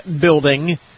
building